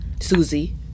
Susie